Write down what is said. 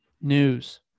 News